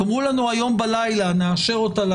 תאמרו לנו: הלילה נאשר אותה,